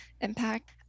impact